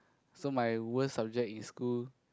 so my worst subject in school